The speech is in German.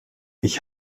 ich